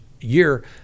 year